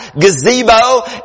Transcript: gazebo